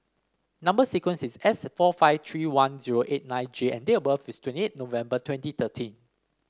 number sequence is S four five three one zero eight nine J and date of birth is twenty eight November twenty thirteen